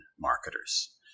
marketers